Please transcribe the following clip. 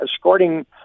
escorting